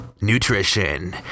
nutrition